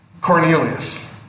Cornelius